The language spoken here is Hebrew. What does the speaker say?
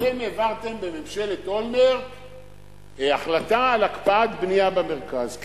אתם העברתם בממשלת אולמרט החלטה על הקפאת בנייה במרכז.